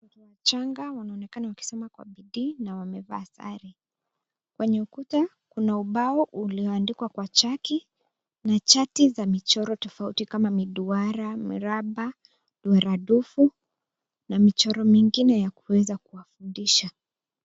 Watoto wachanga wanaonekana wakisoma kwa bidii na wamevaa sare. Kwenye ukuta, kuna ubao ulioandikwa kwa chaki na chati za michoro tofauti kama miduara, miraba, duaradufu na michoro mingine ya kuweza kuwafundisha.